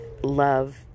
love